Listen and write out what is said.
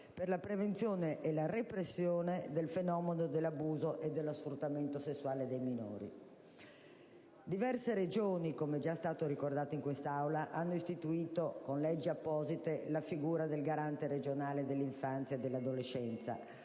per la prevenzione e la repressione del fenomeno dell'abuso e dello sfruttamento sessuale dei minori. Diverse Regioni, com'è già stato ricordato in quest'Aula, hanno istituito con leggi apposite la figura del Garante regionale dell'infanzia e dell'adolescenza